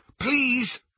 please